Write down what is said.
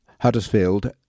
Huddersfield